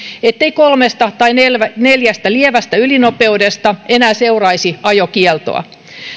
ettei kolmesta tai neljästä lievästä ylinopeudesta enää seuraisi ajokieltoa